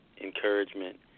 encouragement